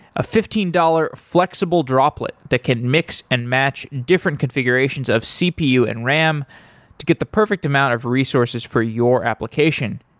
a fifteen dollars flexible droplet that can mix and match different configurations of cpu and ram to get the perfect amount of resources for your application.